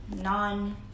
non